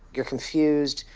you're confused,